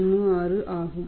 16 ஆகும்